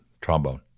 trombone